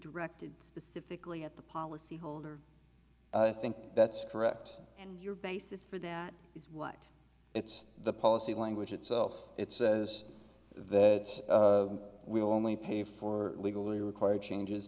directed specifically at the policyholder i think that's correct and your basis for that is what it's the policy language itself it says that we will only pay for legally required changes